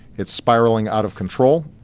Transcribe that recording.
it's spiralling out of control,